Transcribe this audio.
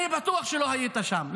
אני בטוח שלא היית שם.